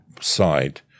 side